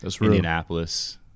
Indianapolis